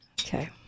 Okay